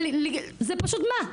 זה פשוט מה?